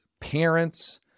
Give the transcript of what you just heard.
parents